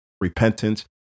Repentance